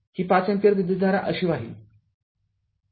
ही ५ ampere विद्युतधारा अशी वाहील